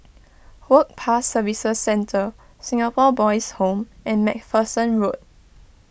Work Pass Services Centre Singapore Boys' Home and MacPherson Road